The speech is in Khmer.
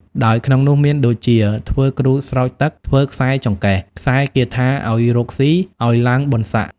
ដោយក្នុងនោះមានដូចជា ធ្វើគ្រូស្រោចទឹក ធ្វើខ្សែចង្កេះ ខ្សែគាថាឲ្យរកស៊ី ឲ្យឡើងបុណ្យស័ក្តិ ។